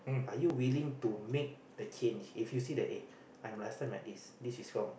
are you willing to make the change if you see that eh I'm last time like this this is wrong